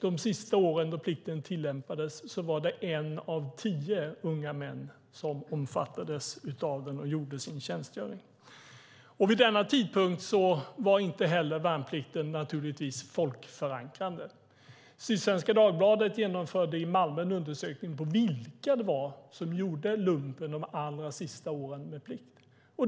De sista åren då plikten tillämpades var det en av tio unga män som omfattades av den och som gjorde sin tjänstgöring. Naturligtvis var värnplikten inte heller vid den tidpunkten folkförankrande. Sydsvenska Dagbladet genomförde i Malmö en undersökning av vilka det var som gjorde lumpen under de allra sista åren med plikten.